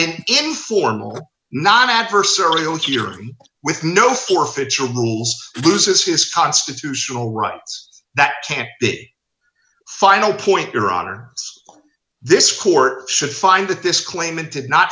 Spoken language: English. an informal non adversarial hearing with no forfeiture rules loses his constitutional rights that can final point your honor this court should find that this claimant did not